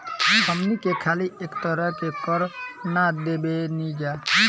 हमनी के खाली एक तरह के कर ना देबेनिजा